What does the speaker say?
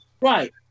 Right